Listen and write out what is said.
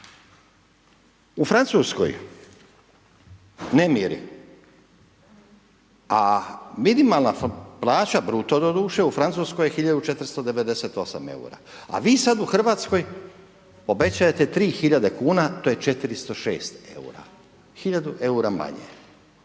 U Francuskoj nemiri, a minimalna plaća bruto doduše u Francuskoj je hiljadu 498 eura, a vi sada u Hrvatskoj obećajete 3 hiljade kuna, to je 406 eura. Hiljadu eura manje.